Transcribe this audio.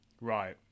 Right